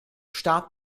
staat